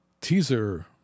teaser